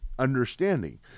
understanding